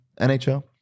NHL